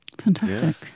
Fantastic